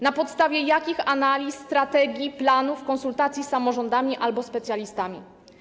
Na podstawie jakich analiz, strategii, planów, konsultacji z samorządami albo specjalistami?